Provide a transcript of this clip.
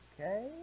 okay